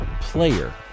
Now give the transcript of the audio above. player